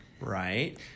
right